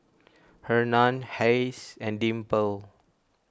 Hernan Hayes and Dimple